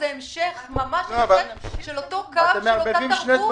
זה המשך של אותו קו, של אותה תרבות.